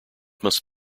must